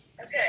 okay